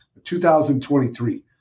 2023